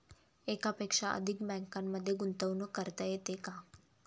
एकापेक्षा अधिक बँकांमध्ये गुंतवणूक करता येते का?